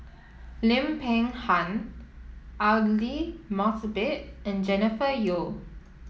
Lim Peng Han Aidli Mosbit and Jennifer Yeo